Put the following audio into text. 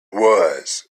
was